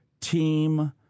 team